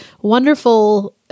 wonderful